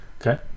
okay